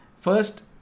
first